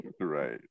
Right